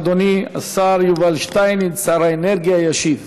אדוני השר יובל שטייניץ, שר האנרגיה, ישיב.